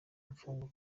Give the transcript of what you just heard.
imfungwa